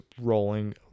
rolling